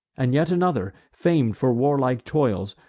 and yet another, fam'd for warlike toils,